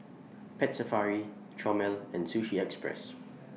Pet Safari Chomel and Sushi Express